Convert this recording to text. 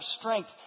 strength